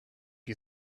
you